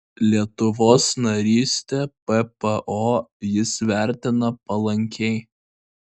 lietuvos narystę ppo jis vertina palankiai